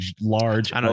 large